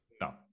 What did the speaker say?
No